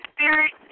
Spirit